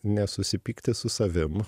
nesusipykti su savim